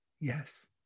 Yes